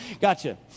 gotcha